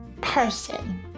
person